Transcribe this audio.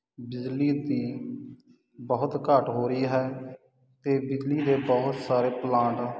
ਬਿਜਲੀ ਦੀ ਬਹੁਤ ਘਾਟ ਹੋ ਰਹੀ ਹੈ ਅਤੇ ਬਿਜਲੀ ਦੇ ਬਹੁਤ ਸਾਰੇ ਪਲਾਂਟ